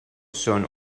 son